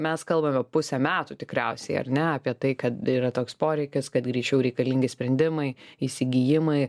mes kalbam jau pusę metų tikriausiai ar ne apie tai kad yra toks poreikis kad greičiau reikalingi sprendimai įsigijimai